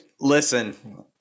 Listen